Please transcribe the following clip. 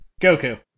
Goku